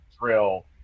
drill